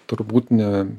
turbūt ne